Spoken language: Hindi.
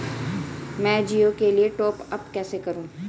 मैं जिओ के लिए टॉप अप कैसे करूँ?